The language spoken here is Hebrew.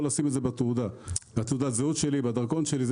לשים את זה בתעודת הזהות שלי או בדרכון שלי.